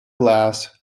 glass